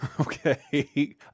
Okay